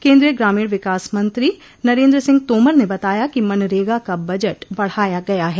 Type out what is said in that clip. केन्द्रीय ग्रामीण विकास मंत्री नरेन्द्र सिंह तोमर ने बताया कि मनरेगा का बजट बढ़ाया गया है